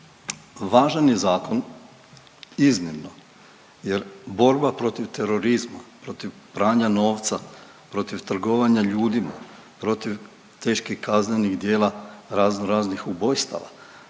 Važan je zakon iznimno jer borba protiv terorizma, protiv pranja novca, protiv trgovanja ljudima, protiv teških kaznenih djela raznoraznih ubojstava,